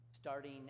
starting